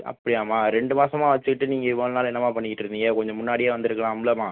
அப்படியாம்மா ரெண்டு மாசமாக வச்சிக்கிட்டு நீங்கள் இவ்வளோ நாள் என்னம்மா பண்ணிகிட்ருந்தீங்க கொஞ்சம் முன்னாடியே வந்திருக்கலாம்லம்மா